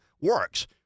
works